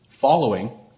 following